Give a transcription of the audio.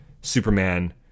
Superman